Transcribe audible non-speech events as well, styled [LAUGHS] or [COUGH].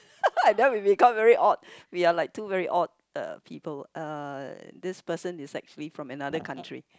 [LAUGHS] and then we become very odd we are like two very odd uh people uh this person is actually from another country